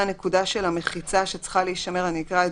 - המחיצה שצריכה להישמר.